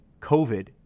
COVID